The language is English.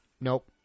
Nope